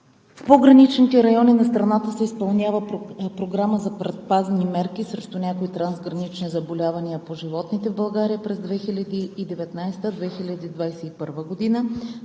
В пограничните райони на страната се изпълнява Програма за предпазни мерки срещу някои трансгранични заболявания по животните в България през 2019 – 2021 г.